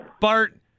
Bart